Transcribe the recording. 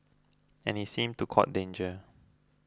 and he seemed to court danger